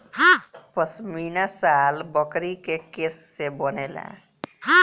पश्मीना शाल बकरी के केश से बनेला